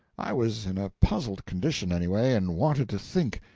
i was in a puzzled condition, anyway, and wanted to think.